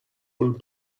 will